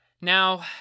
Now